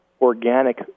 organic